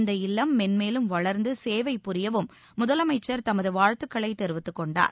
இந்த இல்லம் மென்மேலும் வளர்ந்து சேவை புரியவும் முதலமைச்சர் தமது வாழ்த்துக்களை தெரிவித்துக் கொண்டார்